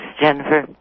Jennifer